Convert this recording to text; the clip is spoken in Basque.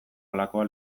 halakoa